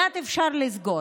את אילת אפשר לסגור,